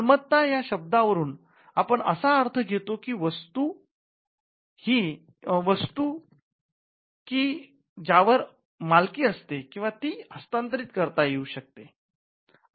मालमत्ता या शब्दावरून आपण असा अर्थ घेतो की अशी वस्तू की ज्यावर मालकी असते किंवा ती हस्तांतरित करता येऊ शकते